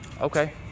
okay